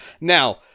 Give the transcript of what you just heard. Now